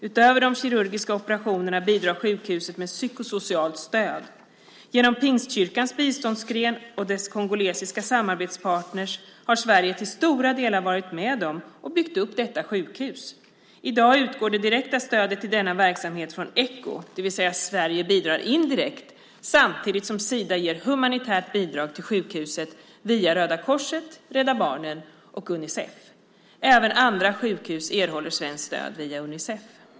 Utöver de kirurgiska operationerna bidrar sjukhuset med psykosocialt stöd. Genom Pingstkyrkans biståndsgren och dess kongolesiska samarbetspartner har Sverige till stora delar varit med och byggt upp detta sjukhus. I dag utgår det direkta stödet till denna verksamhet från Echo, det vill säga att Sverige bidrar indirekt, samtidigt som Sida ger humanitärt bidrag till sjukhuset via Röda Korset, Rädda Barnen och Unicef. Även andra sjukhus erhåller svenskt stöd via Unicef.